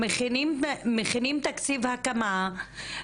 מכינים תקציב הקמה,